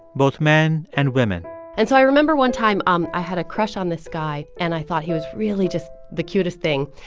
both men and women and so i remember one time um i had a crush on this guy. guy. and i thought he was really just the cutest thing.